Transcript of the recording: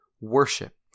worship